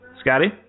Scotty